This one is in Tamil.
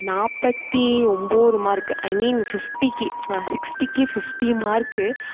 நாற்பத்தி ஒம்பது மார்க் ஐ மீன் பிஃடிக்கு சிக்ஸ்ட்டிக்கு பிஃட்டி மார்க்கு